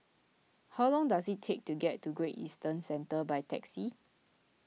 how long does it take to get to Great Eastern Centre by taxi